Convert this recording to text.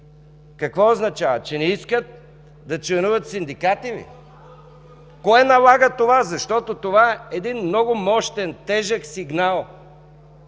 какво означава, че не искат да членуват в синдикати ли? Кое налага това? Това е много мощен, тежък сигнал